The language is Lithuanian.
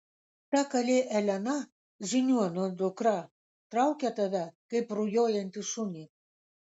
ta kalė elena žiniuonio dukra traukia tave kaip rujojantį šunį